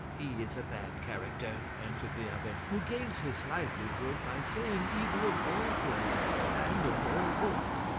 he is a bad character, answered the abbe, who gains his livelihood by saying evil of all plays and of all books.